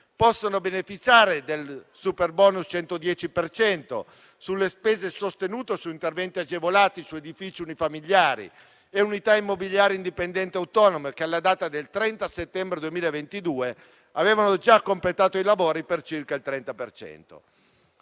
possono beneficiare del superbonus 110 per cento, sulle spese sostenute o su interventi agevolati, su edifici unifamiliari e unità immobiliari indipendenti autonome, che, alla data del 30 settembre 2022, avevano già completato i lavori per circa il 30